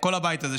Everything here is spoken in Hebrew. כל הבית הזה,